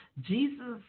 Jesus